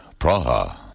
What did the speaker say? Praha